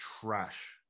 trash